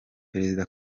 perezida